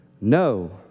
No